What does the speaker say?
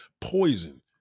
poison